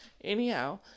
Anyhow